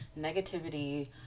negativity